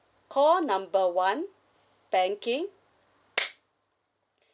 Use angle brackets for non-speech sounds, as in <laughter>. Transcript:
call number one banking <breath>